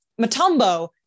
Matumbo